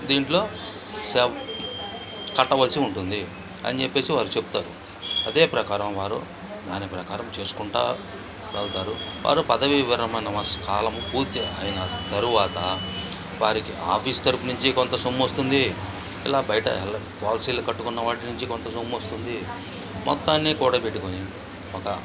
దీంట్లో సేవ్ కట్టవలసి ఉంటుంది అని చెప్పి వారు చెప్తారు అదే ప్రకారం వారు దాని ప్రకారం చేసుకుంటు వెళ్తారు వారు పదవీ విరమణ కాలం పూర్తయిన తర్వాత వారికి ఆఫీస్ తరఫు నుంచి కొంత సొమ్ము వస్తుంది ఇలా బయట పాలసీలు కట్టుకున్న వాటి నుండి కొంత సొమ్ము వస్తుంది మొత్తాన్ని కూడబెట్టుకుని ఒక